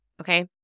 okay